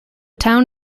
town